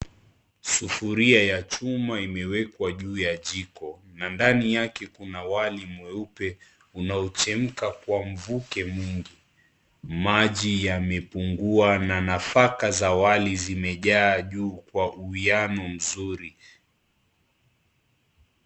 Sufuria ya chuma imewekwa juu ya jiko na ndani yake kuna wali mweupe unaochemka kwa mvuke mwingi . Maji yamepungua na nafaka za wali zimejaa juu kwa uiano mzuri.